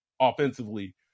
offensively